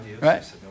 right